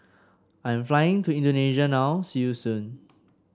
I am flying to Indonesia now see you soon